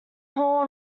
hall